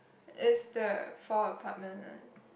is the four apartment one